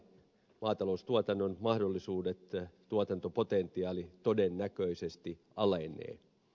maataloustuotannon mahdollisuudet tuotantopotentiaali todennäköisesti alenee